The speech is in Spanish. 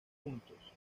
juntos